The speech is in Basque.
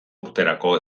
urterako